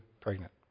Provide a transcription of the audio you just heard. pregnant